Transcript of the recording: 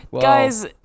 guys